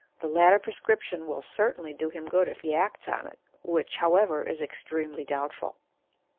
the latter prescription will certainly do him good if he acts on it, which, however, is extremely doubtful.